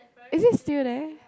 is it still there